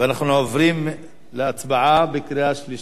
אנחנו עוברים להצבעה בקריאה שלישית.